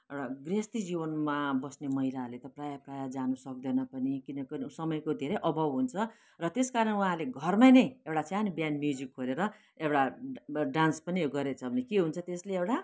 एउटा गृहस्थी जीवनमा बस्ने महिलाहरूले त प्राय प्राय जानु सक्दैन पनि किनकि समयको धेरै अभाव हुन्छ र त्यस कारण उहाँहरूले घरमा नै एउटा सानो बिहान म्युजिक खोलेर एउटा डान्स पनि गरेछ भने के हुन्छ त्यसले एउटा